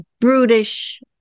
brutish